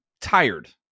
tired